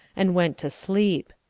and went to sleep.